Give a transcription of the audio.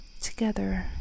Together